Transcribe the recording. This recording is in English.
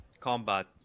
combat